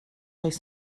oes